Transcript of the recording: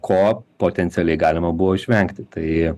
ko potencialiai galima buvo išvengti tai